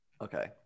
Okay